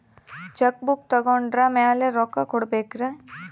Check book ತೊಗೊಂಡ್ರ ಮ್ಯಾಲೆ ರೊಕ್ಕ ಕೊಡಬೇಕರಿ?